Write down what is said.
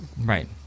right